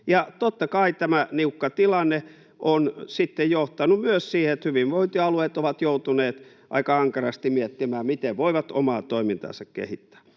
Ja totta kai tämä niukka tilanne on sitten johtanut myös siihen, että hyvinvointialueet ovat joutuneet aika ankarasti miettimään, miten voivat omaa toimintaansa kehittää.